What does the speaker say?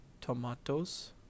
tomatoes